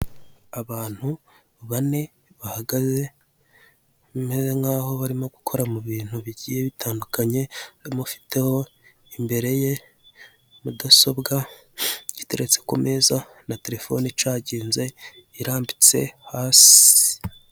Abantu bane bahagaze bimeze nk'aho barimo gukora mu bintu bigiye bitandukanye, harimo ufiteho imbere ye mudasobwa iteretse ku meza, na terefone icaginze irambitse hasi.